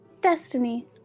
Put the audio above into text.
destiny